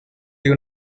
you